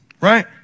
right